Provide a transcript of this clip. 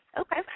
Okay